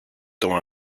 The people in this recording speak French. tant